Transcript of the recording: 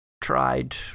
tried